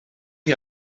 chi